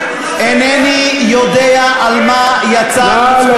אינני יודע על מה יצא קצפכם.